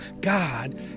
God